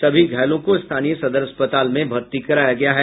सभी घायलों को स्थानीय सदर अस्पताल में भर्ती कराया गया है